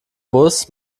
bus